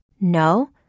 No